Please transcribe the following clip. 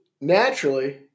naturally